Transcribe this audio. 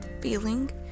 feeling